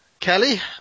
Kelly